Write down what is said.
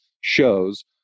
shows